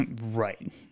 Right